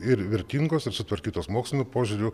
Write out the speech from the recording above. ir vertingos ir sutvarkytos moksliniu požiūriu